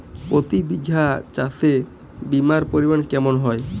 প্রতি বিঘা চাষে বিমার পরিমান কেমন হয়?